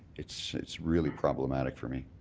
it's it's really problematic for me.